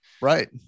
Right